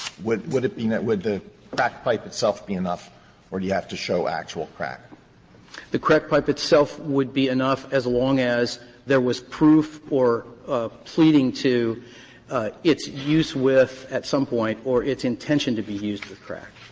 would would it be and would the crack pipe itself be enough or do you have to show actual crack? laramore the crack pipe itself would be enough, as long as there was proof or a pleading to its use with, at some point, or its intention to be used with crack.